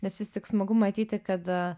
nes vis tik smagu matyti kad